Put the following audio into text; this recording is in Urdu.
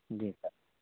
جی سر